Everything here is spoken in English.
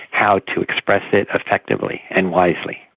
how to express it effectively and wisely.